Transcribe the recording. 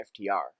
ftr